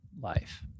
Life